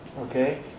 Okay